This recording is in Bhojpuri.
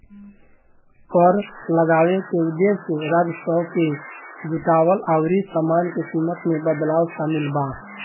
कर लगावे के उदेश्य राजस्व के जुटावल अउरी सामान के कीमत में बदलाव शामिल बा